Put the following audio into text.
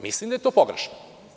Mislim da je to pogrešno.